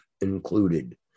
included